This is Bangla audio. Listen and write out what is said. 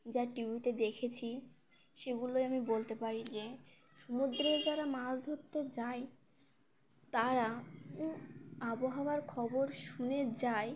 যা টিভিতে দেখেছি সেগুলোই আমি বলতে পারি যে সমুদ্রে যারা মাছ ধরতে যায় তারা আবহাওয়ার খবর শুনে যায়